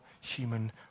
human